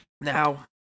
Now